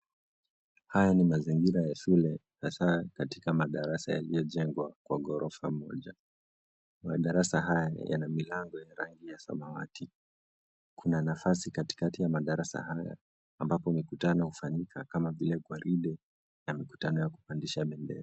Haya ni mazingira ya shule hasa katika madarasa yaliyojengwa kwa ghorofa moja. Madarasa haya yana milango yenye rangi ya samawati. Kuna nafasi katikati ya madarasa hayo ambapo mikutano hufanyika kama vile gwaride ya mikutano ya kupandisha bendera.